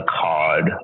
card